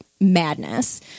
madness